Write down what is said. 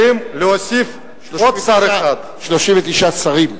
ואם להוסיף עוד שר אחד, 39 שרים.